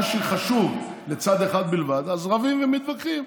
מה שחשוב לצד אחד בלבד, אז רבים ומתווכחים,